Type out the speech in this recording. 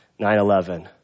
911